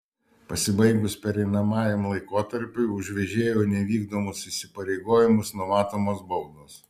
pasibaigus pereinamajam laikotarpiui už vežėjų nevykdomus įsipareigojimus numatomos baudos